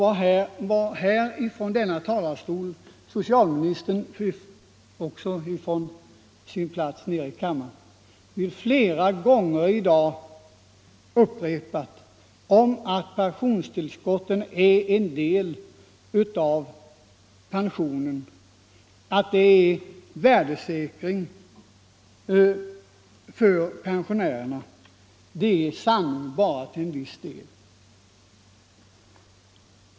Vad socialministern i dag från denna talarstol liksom från sin plats nere i kammaren flera gånger har upprepat, att pensionstillskotten är en del av pensionen och gör den värdesäker, är sanning bara till en viss del.